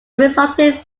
resulting